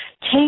Take